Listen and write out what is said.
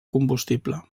combustible